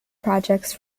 projects